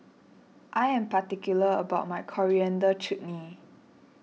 I am particular about my Coriander Chutney